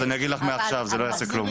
אז אני אגיד לך מעכשיו, זה לא יעשה כלום.